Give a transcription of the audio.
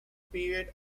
period